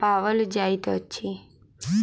पाओल जाइत अछि